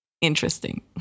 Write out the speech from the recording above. interesting